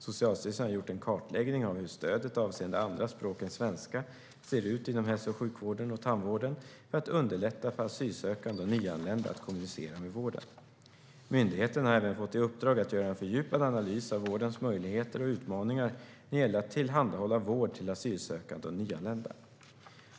Socialstyrelsen har gjort en kartläggning av hur stödet avseende andra språk än svenska ser ut inom hälso och sjukvården och tandvården för att underlätta för asylsökande och nyanlända att kommunicera med vården. Myndigheten har även fått i uppdrag att göra en fördjupad analys av vårdens möjligheter och utmaningar när det gäller att tillhandahålla vård till asylsökande och nyanlända.